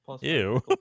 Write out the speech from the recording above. Ew